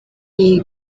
iyi